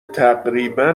تقریبا